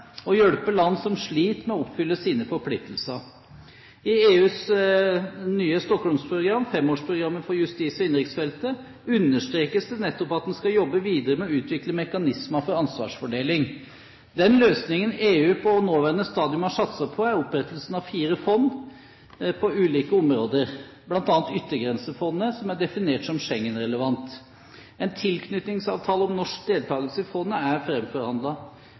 å fordele byrdene og hjelpe land som sliter med å oppfylle sine forpliktelser. I EUs nye Stockholm-program – femårsprogrammet for justis- og innenriksfeltet – understrekes det nettopp at man skal jobbe videre med å utvikle mekanismer for ansvarsfordeling. Den løsningen EU på nåværende stadium har satset på, er opprettelsen av fire fond på ulike områder, bl.a. Yttergrensefondet som er definert som Schengen-relevant. En tilknytningsavtale om norsk deltakelse i fondet er